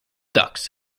dux